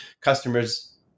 customers